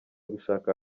gushaka